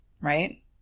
right